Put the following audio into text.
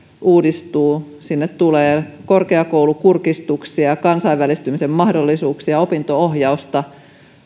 uudistuu sinne tulee korkeakoulukurkistuksia ja kansainvälistymisen mahdollisuuksia ja opinto ohjausta